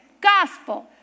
gospel